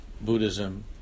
Buddhism